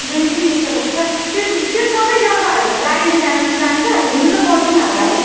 दुई दिन जस्तो लाग्छ त्यो त्यो सबै जग्गाहरूमा गाडी चाहिँ जानु चाहिँ जान्छ हिँड्नु त पर्दैन होला है